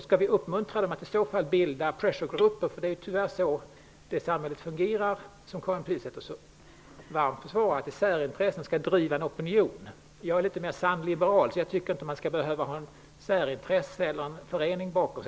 Skall vi uppmuntra att de i så fall skall bilda ''pressure groups''? Det är tyvärr så det samhälle fungerar som Karin Pilsäter så varmt försvarar, dvs. särintressen skall driva en opinion. Jag är litet mera sant liberal. Jag tycker inte att det skall behövas ett särintresse eller att man skall behöva ha en förening bakom sig.